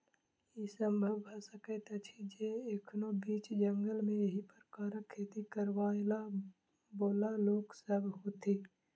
ई संभव भ सकैत अछि जे एखनो बीच जंगल मे एहि प्रकारक खेती करयबाला लोक सभ होथि